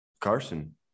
Carson